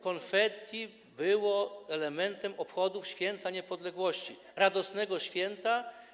Konfetti było elementem obchodów Święta Niepodległości, radosnego święta.